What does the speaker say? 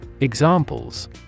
Examples